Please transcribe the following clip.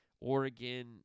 Oregon